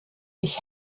ich